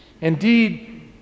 Indeed